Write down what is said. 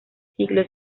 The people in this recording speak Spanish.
siglo